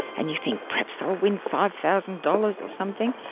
and you think perhaps i'll win five thousand dollars or something,